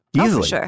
easily